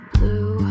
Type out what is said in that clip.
Blue